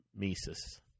Mises